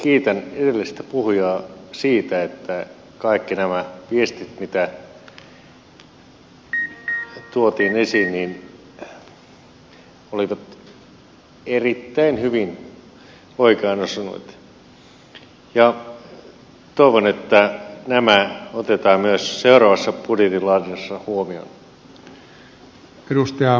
kiitän edellistä puhujaa siitä että kaikki nämä viestit mitä tuotiin esiin olivat erittäin hyvin oikeaan osuneita ja toivon että nämä otetaan myös seuraavassa budjetin laadinnassa huomioon